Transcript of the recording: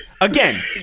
Again